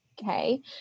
Okay